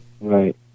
Right